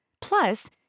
Plus